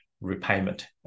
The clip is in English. repayment